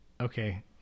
okay